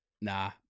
Nah